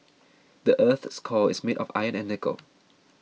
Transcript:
the earth's core is made of iron and nickel